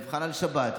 מבחן על שבת,